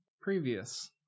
previous